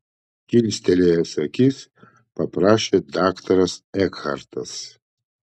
kilstelėjęs akis paprašė daktaras ekhartas